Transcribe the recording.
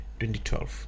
2012